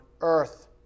earth